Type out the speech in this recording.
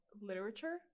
literature